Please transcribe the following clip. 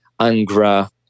Angra